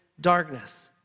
darkness